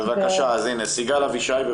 בבקשה, סיגל אבישי.